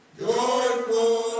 joyful